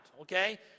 okay